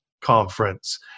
conference